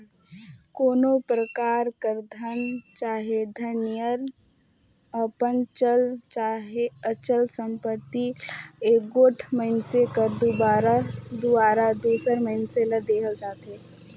कोनो परकार कर धन चहे धन नियर अपन चल चहे अचल संपत्ति ल एगोट मइनसे कर दुवारा दूसर मइनसे ल देहल जाथे